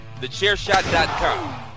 TheChairShot.com